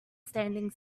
standing